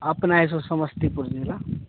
अपना है सो समस्तीपुर ज़िला